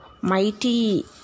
mighty